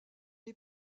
est